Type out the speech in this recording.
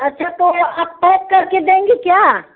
अच्छा तो यह आप पैक करके देंगे क्या